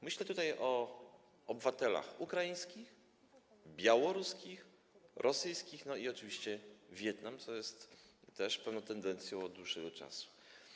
Myślę tutaj o obywatelach ukraińskich, białoruskich, rosyjskich i oczywiście o Wietnamie, co jest też pewną tendencją od dłuższego czasu.